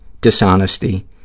dishonesty